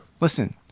listen